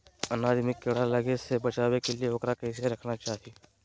अनाज में कीड़ा लगे से बचावे के लिए, उकरा कैसे रखना चाही?